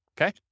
Okay